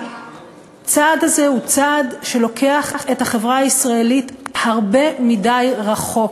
הצעד הזה לוקח את החברה הישראלית הרבה יותר מדי רחוק.